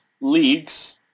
Leagues